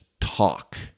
talk